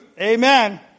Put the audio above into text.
Amen